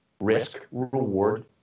risk-reward